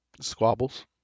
squabbles